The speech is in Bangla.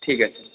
ঠিক আছে